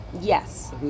Yes